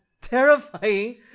terrifying